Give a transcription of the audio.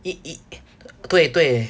it it 对对